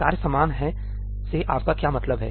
कार्य समान है से आपका क्या मतलब है